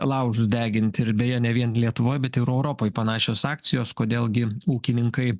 laužus deginti ir beje ne vien lietuvoj bet ir europoj panašios akcijos kodėl gi ūkininkai